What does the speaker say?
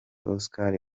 oscar